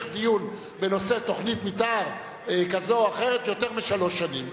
דיון בנושא תוכנית מיתאר כזאת או אחרת יותר משלוש שנים.